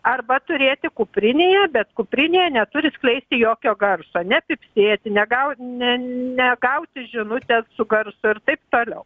arba turėti kuprinėj bet kuprinėj neturi skleisti jokio garso nepypsėti negauni negauti žinutę su garsu ir taip toliau